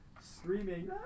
screaming